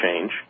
change